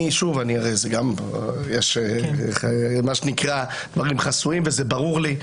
יש גם דברים חסויים וזה ברור לי.